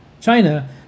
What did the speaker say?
China